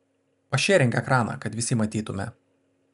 pašėrink ekraną kad visi matytume